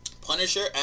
Punisher